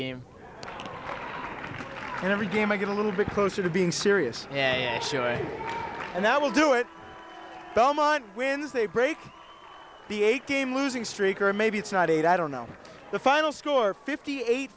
game and every game i get a little bit closer to being serious yeah sure and that will do it belmont wins they break the eight game losing streak or maybe it's not eight i don't know the final score fifty eight